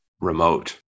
remote